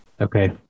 Okay